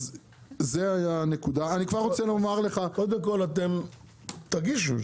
קודם כל אתם תגישו,